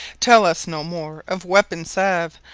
tell us no more of weapon-salve,